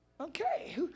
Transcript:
Okay